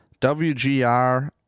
WGR